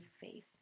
faith